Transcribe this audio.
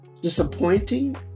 disappointing